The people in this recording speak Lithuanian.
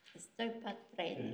jis tuoj pat praeina